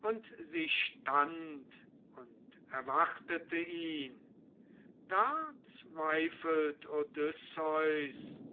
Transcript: und sie stand und erwartete ihn da zweifelt odysseus